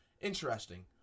interesting